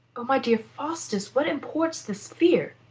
o my dear faustus, what imports this fear?